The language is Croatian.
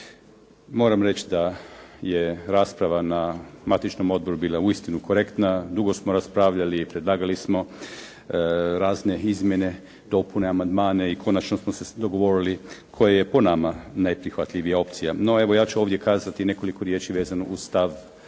Moram reći da je rasprava na matičnom odboru bila uistinu korektna, dugo smo raspravljali, predlagali smo razne izmjene, dopune, amandmane i konačno smo se dogovorili koja je po nama najprihvatljivija opcija. No evo, ja ću ovdje kazati nekoliko riječi vezano uz stav